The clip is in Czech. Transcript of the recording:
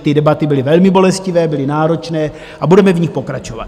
Ty debaty byly velmi bolestivé, byly náročné a budeme v nich pokračovat.